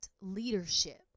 leadership